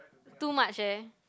too much leh